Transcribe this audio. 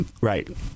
Right